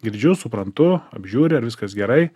girdžiu suprantu apžiūri ar viskas gerai